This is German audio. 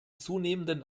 zunehmenden